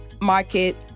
market